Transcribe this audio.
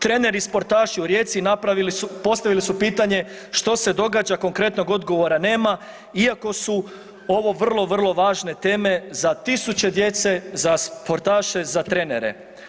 Treneri i sportaši u Rijeci napravili su, postavili su pitanje što se događa, konkretnog odgovora nema iako su ovo vrlo vrlo važne teme za tisuće djece, za sportaše, za trenere.